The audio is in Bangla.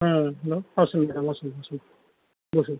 হ্যাঁ হ্যালো অসুবিধা নাই বসুন বসুন বসুন